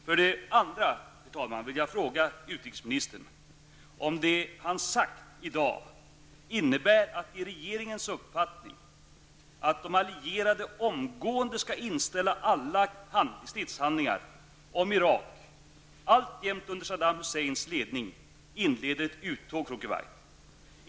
Min andra fråga, herr talman, är: Innebär det utrikesministern har sagt i dag att det är regeringens uppfattning att de allierade omgående skall inställa alla stridshandlingar om Irak, alltjämt under Kuwait?